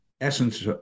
essence